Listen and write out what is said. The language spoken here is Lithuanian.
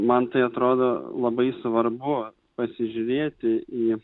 man tai atrodo labai svarbu pasižiūrėti į